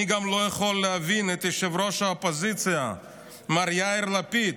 אני גם לא יכול להבין את ראש האופוזיציה מר יאיר לפיד,